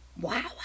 wow